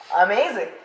Amazing